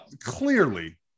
clearly